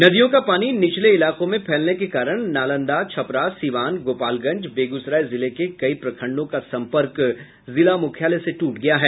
नदियों का पानी नीचले इलाकों में फैलने के कारण नालंदा छपरा सिवान गोपालगंज बेगूसराय जिले के कई प्रखंडो का सम्पर्क जिला मुख्यालय से टूट गया है